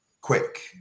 quick